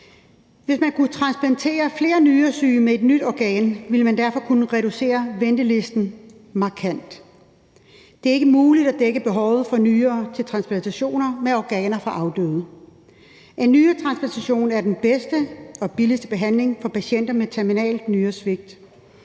Hvis man kunne transplantere flere nyresyge med et nyt organ, ville man derfor kunne reducere ventelisten markant. Det er ikke muligt at dække behovet for nyrer til transplantationer med organer fra afdøde. En nyretransplantation er den bedste og billigste behandling for patienter med terminalt nyresvigt,